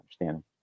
understand